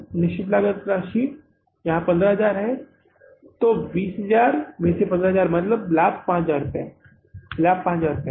यह निश्चित लागत राशि है जो हम यहां पर गणना कर रहे हैं 15000 सही है तो 20000 में से 15000 का मतलब है इसलिए लाभ रुपये 5000 है लाभ 5000 है